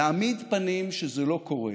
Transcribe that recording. להעמיד פנים שזה לא קורה